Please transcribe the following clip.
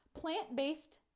plant-based